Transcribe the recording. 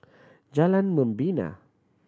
Jalan Membina